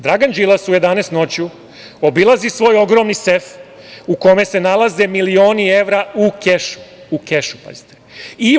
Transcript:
Dragan Đilas u 11 noću obilazi svoj ogromni sef u kome se nalaze milioni evra u kešu, pazite, "u kešu"